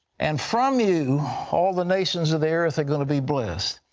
and from you all the nations of the earth are going to be blessed,